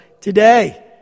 today